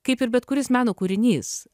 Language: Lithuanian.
kaip ir bet kuris meno kūrinys